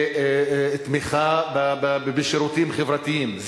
זה תמיכה בשירותים חברתיים,